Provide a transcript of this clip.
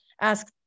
ask